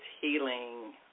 Healing